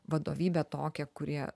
vadovybę tokią kurie